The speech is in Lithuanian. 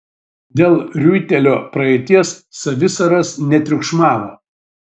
dėl riuitelio praeities savisaras netriukšmavo